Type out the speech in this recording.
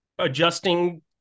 adjusting